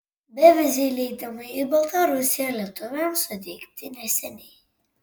beviziai leidimai į baltarusiją lietuviams suteikti neseniai